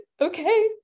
okay